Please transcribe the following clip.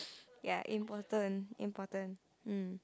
ya important important mm